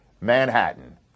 Manhattan